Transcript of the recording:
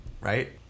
right